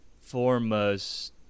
foremost